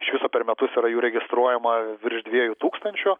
iš viso per metus yra jų registruojama virš dviejų tūkstančių